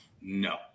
no